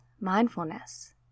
mindfulness